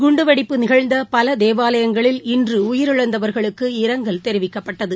குண்டுவெடிப்பு நிகழ்ந்த பல தேவாலயங்களில் இன்று உயிரிழந்தவர்களுக்கு இரங்கல் தெரிவிக்கப்பட்டது